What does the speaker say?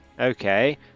okay